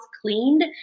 cleaned